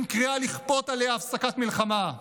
עם קריאה לכפות עליה הפסקת מלחמה.